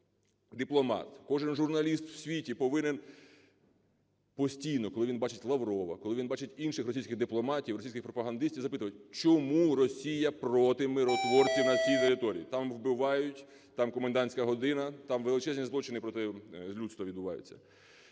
кожен дипломат, кожен журналіст у світі повинен постійно, коли він бачить Лаврова, коли він бачить інших російських дипломатів, російських пропагандистів, запитувати: "Чому Росія проти миротворців на цій території? Там вбивають, там комендантська година, там величезні злочини проти людства відбуваються".